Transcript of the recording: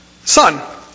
son